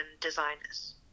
designers